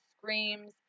screams